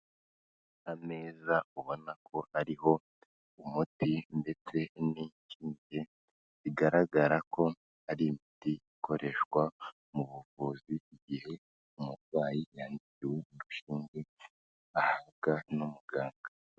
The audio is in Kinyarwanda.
Ameza ubona ko ariho umuti ndetse n'inshinge, bigaragara ko ari imiti ikoreshwa mu buvuzi igihe umurwayi yandikiwe urushinge ahabwa n'umuganga.